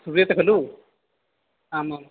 श्रूयते खलु आं